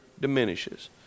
diminishes